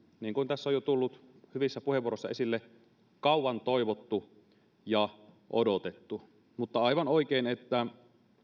niin kuin tässä on jo tullut hyvissä puheenvuorossa esille kauan toivottu ja odotettu on aivan oikein että